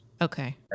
okay